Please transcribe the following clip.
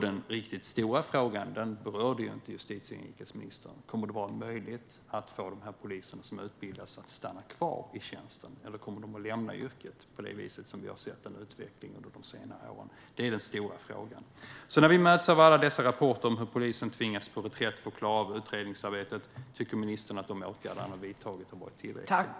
Den riktigt stora frågan berörde justitie och inrikesministern inte: Kommer det att vara möjligt att få poliserna som utbildas att stanna kvar i tjänsten, eller kommer de att lämna yrket på det viset vi sett i utvecklingen de senare åren? Det är den stora frågan. När vi möts av alla dessa rapporter om hur polisen tvingas till reträtt för att klara av utredningsarbetet: Tycker ministern att de åtgärder han har vidtagit har varit tillräckliga?